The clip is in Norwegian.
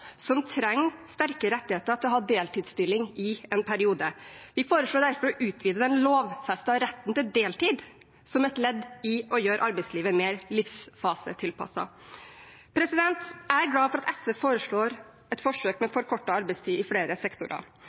trenger sterkere rettigheter til å ha deltidsstilling i en periode. Vi foreslår derfor å utvide den lovfestede retten til deltid som et ledd i å gjøre arbeidslivet mer livsfasetilpasset. Jeg er glad for at SV foreslår et forsøk med forkortet arbeidstid i flere sektorer.